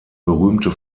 berühmte